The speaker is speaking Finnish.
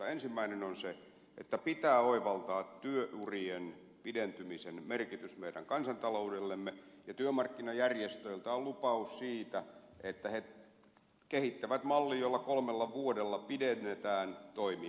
ensimmäinen on se että pitää oivaltaa työurien pidentymisen merkitys meidän kansantaloudellemme ja työmarkkinajärjestöiltä on lupaus siitä että he kehittävät mallin jolla pidennetään toimia kolmella vuodella